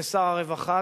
כשר הרווחה,